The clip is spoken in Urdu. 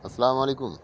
السلام علیکم